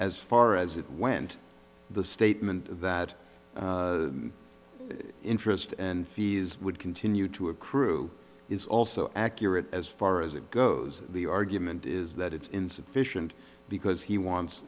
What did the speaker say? as far as it went the statement that interest and fees would continue to accrue is also accurate as far as it goes the argument is that it's insufficient because he wants